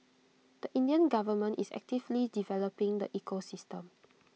the Indian government is actively developing the ecosystem